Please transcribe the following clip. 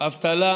אבטלה